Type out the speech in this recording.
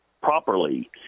properly